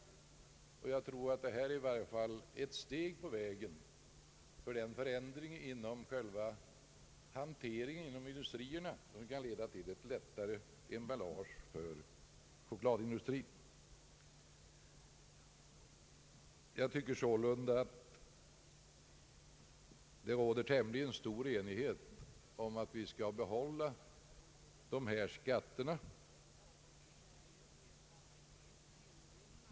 Jag tror att utskottsmajoritetens förslag i varje fall är ett steg på vägen mot en förändring inom denna hantering som kan leda till ett lättare emballage för chokladindustrin. Enligt min mening råder sålunda tämligen stor enighet om att vi skall behålla dessa skatter.